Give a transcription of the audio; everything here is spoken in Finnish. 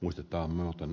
uusitaan muuton